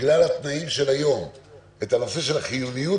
בגלל התנאים של היום את הנושא של חיוניות